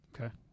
Okay